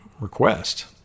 request